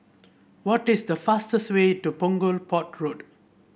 what is the fastest way to Punggol Port Road